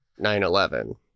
9-11